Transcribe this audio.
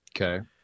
Okay